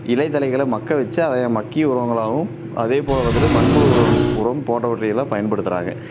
இலை தழைகளை மட்க வச்சு அதை மட்கிய உரங்களாகவும் அதேபோல் வந்துட்டு மண் புழு உரம் உரம் போன்றவற்றையெல்லாம் பயன்படுத்துகிறாங்க